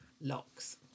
locks